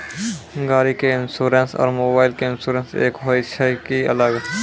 गाड़ी के इंश्योरेंस और मोबाइल के इंश्योरेंस एक होय छै कि अलग?